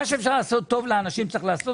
מה שאפשר לעשות טוב לאנשים, צריך לעשות.